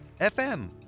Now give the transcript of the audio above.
FM